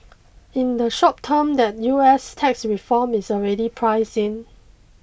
in the short term the US tax reform is already priced in